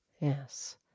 Yes